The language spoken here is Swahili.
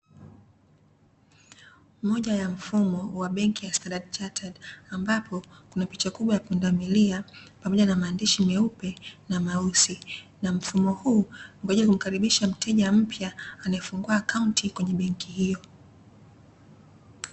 Moja ya mfumo wa benki ya "standard chartered" ambapo kuna picha kubwa ya pundamilia pamoja na maandishi meupe na meusi, na mfumo huu husaidia humkaribisha mteja mpya anefungua akaunti kwenye benki hiyo.